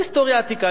לא ההיסטוריה העתיקה.